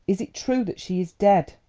is it true that she is dead?